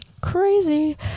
Crazy